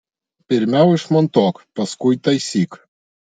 pirmiau išmontuok paskui taisyk